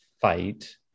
fight